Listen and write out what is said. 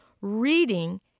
Reading